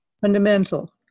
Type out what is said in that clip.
fundamental